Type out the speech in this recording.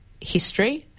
history